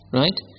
right